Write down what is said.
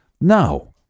No